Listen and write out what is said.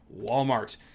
Walmart